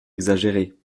exagérés